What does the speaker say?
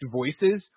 voices